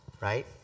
right